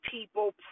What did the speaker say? people